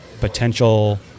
potential